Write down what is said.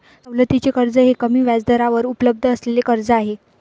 सवलतीचे कर्ज हे कमी व्याजदरावर उपलब्ध असलेले कर्ज आहे